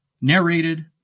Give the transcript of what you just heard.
Narrated